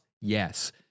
yes